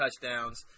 touchdowns